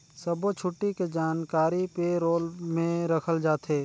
सब्बो छुट्टी के जानकारी पे रोल में रखल जाथे